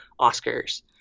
Oscars